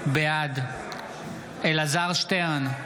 בעד אלעזר שטרן,